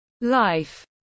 life